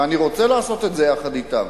ואני רוצה לעשות את זה יחד אתם.